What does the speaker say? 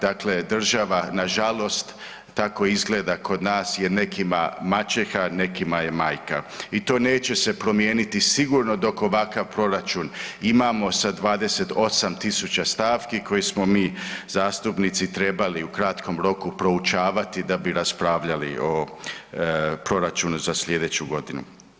Dakle, država nažalost, tako izgleda kod nas, je nekima maćeha, nekima je majka i to neće se promijeniti sigurno dok ovakav proračun imamo sa 28.000 stavki koje smo mi zastupnici trebali u kratkom roku proučavati da bi raspravljali o proračunu za slijedeću godinu.